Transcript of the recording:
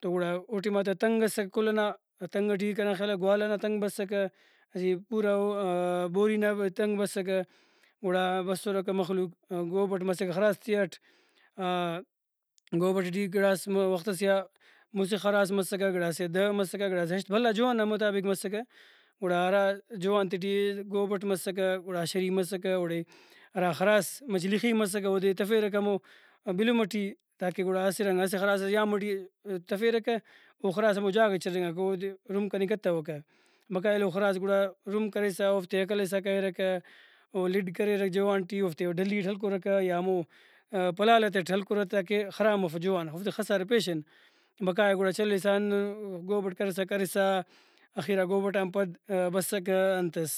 تو گڑا او ٹائماتا تنگ اسک کل ئنا تنگ ٹی کنا خیالا گوالہ نا تنگ بسکہ اسہ پوراؤبوری نا تنگ بسکہ گڑا بسُرکہ مخلوق گوبٹ مسکہ خراس تیئٹ گوبٹ ٹی گڑاس وختسے آ مُسہ خراس مسکہ گڑاسے آ دہ مسکہ گڑاسے آ ہشت بھلا جوہان نا مطابق مسکہ گڑا ہرا جوہان تے ٹی گوبٹ مسکہ گڑا اشری مسکہ اوڑے ہرا خراس مچہ لخی مسکہ اودے تفیرکہ ہمو بلُم ٹی تاکہ گڑا اسہ رنگ اسہ خراس ئس یام ٹی تفیرکہ او خراس ہمو جاگہ چرینگاکہ اودے رُم کننگ کتوکہ بقایا ایلو خراس گڑا رُم کرسا اوفتے ہکلسا کریرکہ او لِڈ کریرہ جوہان ٹی اوفتے او ڈلی اٹ ہلکرکہ یا ہمو پلالاتیٹ ہلکرہ تا کہ خراب مف جوہان اوفتے خسارہ پیشن بقایا گڑا چلسا ہندن گوبٹ کرسا کرسا آخیرا گوبٹان پد بسکہ انتس